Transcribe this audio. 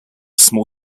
small